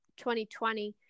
2020